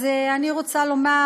אז אני רוצה לומר